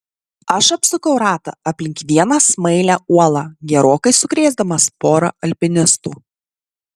aš apsukau ratą aplink vieną smailią uolą gerokai sukrėsdamas porą alpinistų